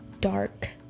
dark